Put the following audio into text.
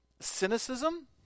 cynicism